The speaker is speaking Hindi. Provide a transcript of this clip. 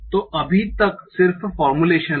तो अभी यह सिर्फ फोर्मूलेशन है